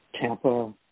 Tampa